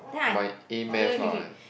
my a-math ah